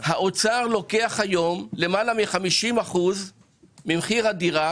האוצר לוקח היום ולמעלה מ-50 אחוזים ממחיר הדירה,